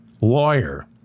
lawyer